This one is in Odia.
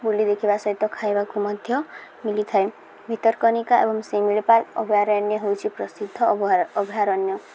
ବୁଲି ଦେଖିବା ସହିତ ଖାଇବାକୁ ମଧ୍ୟ ମିଲିଥାଏ ଭିତରକନିକା ଏବଂ ଶିମିଳିପାଲ ଅଭୟାରଣ୍ୟ ହେଉଛି ପ୍ରସିଦ୍ଧ ଅଭୟ ଅଭୟାରଣ୍ୟ